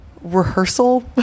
rehearsal